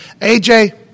AJ